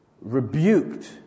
rebuked